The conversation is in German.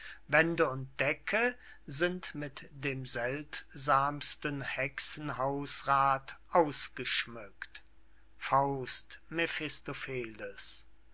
wände und decke sind mit dem seltsamsten hexenhausrath ausgeschmückt faust